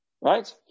right